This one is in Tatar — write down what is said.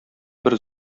бер